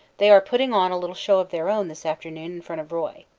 they are putting on a little show of their own this afternoon in front of roye.